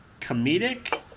comedic